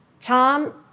Tom